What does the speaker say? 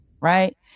right